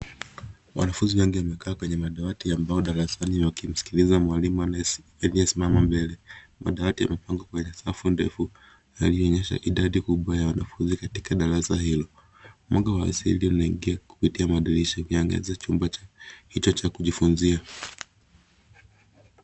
Wanafunzi wengi wamekaa kwenye madawati ya mbao darasani wakimskiza mwalimu aliyesimama mbele. Madawati yamepangwa kwenye safu ndefu ikionyesha idadi kubwa ya wanafunzi katika darasa hilo. Mwanga wa asili inaingia kupitia madirisha imeangaza chumba hicho cha kujifunzia.